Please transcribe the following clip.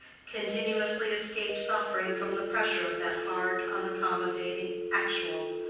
continuously escape suffering from the pressure of that hard unaccommodating actual,